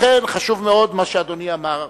לכן, חשוב מאוד מה שאדוני אמר,